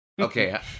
Okay